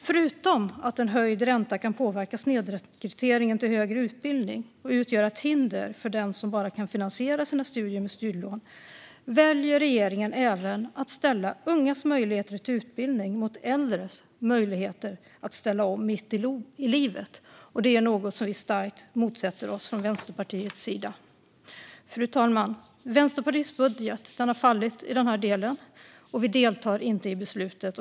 Förutom att en höjd ränta kan påverka snedrekryteringen till högre utbildning och utgöra ett hinder för den som bara kan finansiera sina studier med studielån väljer regeringen även att ställa ungas möjligheter till utbildning mot äldres möjligheter att ställa om mitt i livet. Det är något som vi starkt motsätter oss från Vänsterpartiets sida. Fru talman! Vänsterpartiets budget har fallit i denna del, och vi deltar inte i beslutet.